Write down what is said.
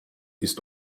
ist